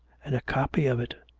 and a copy of it,